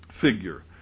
figure